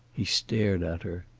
he stared at her.